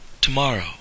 tomorrow